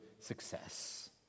success